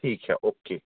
ठीक है ओके